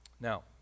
Now